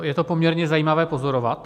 Je to poměrně zajímavé pozorovat.